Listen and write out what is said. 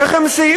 איך הם סייעו,